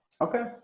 okay